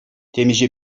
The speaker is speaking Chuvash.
темиҫе